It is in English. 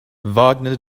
wagner